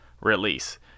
release